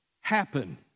happen